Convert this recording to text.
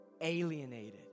alienated